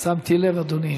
של חבר הכנסת נגוסה.